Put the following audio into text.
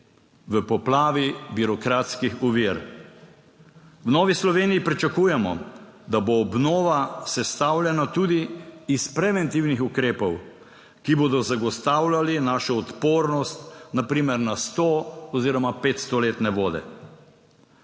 V poplavi birokratskih ovir v Novi Sloveniji pričakujemo, da bo obnova sestavljena tudi iz preventivnih ukrepov, ki bodo zagotavljali našo odpornost, na primer na 100- oziroma 500-letne vode.